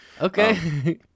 Okay